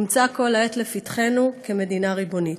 נמצא כל העת לפתחנו כמדינה ריבונית.